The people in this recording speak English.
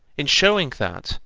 in showing that,